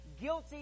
Guilty